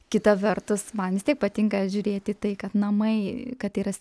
kita vertus man vis tiek patinka žiūrėti į tai kad namai kad yra